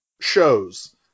shows